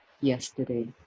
yesterday